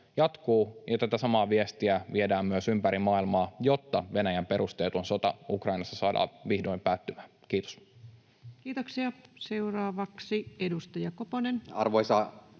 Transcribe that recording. ja tätä samaa viestiä viedään myös ympäri maailmaa, jotta Venäjän perusteeton sota Ukrainassa saadaan vihdoin päättymään. — Kiitos. Kiitoksia. — Seuraavaksi edustaja Koponen.